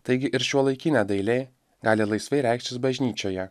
taigi ir šiuolaikinė dailė gali laisvai reikštis bažnyčioje